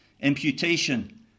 Imputation